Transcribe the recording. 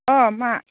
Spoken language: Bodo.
अ मा